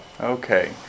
Okay